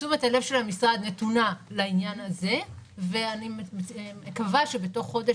תשומת הלב של המשרד נתונה לעניין הזה ואני מקווה שבתוך חודש,